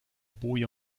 boje